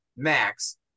max